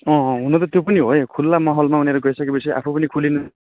अँ अँ हुन त त्यो पनि हो है खुल्ला माहौलमा उनीहरू गइसकेपछि आफू पनि खुलिनु